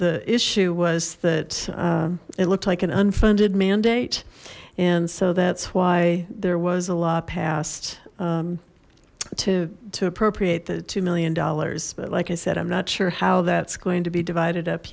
the issue was that it looked like an unfunded mandate and so that's why there was a law passed to to appropriate the two million dollars but like i said i'm not sure how that's going to be divided up